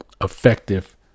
effective